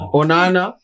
Onana